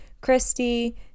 Christy